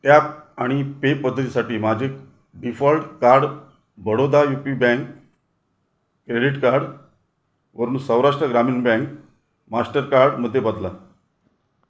tap आणि pay पद्धतीसाठी माझे default card Baroda U P bank credit कार्डवरून सौराष्ट्र ग्रामीण बँक मास्टरकार्डमध्ये बदला